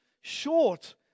short